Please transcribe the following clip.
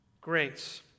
grace